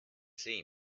see